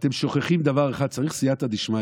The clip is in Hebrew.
אתם שוכחים דבר אחד: צריך סייעתא דשמיא.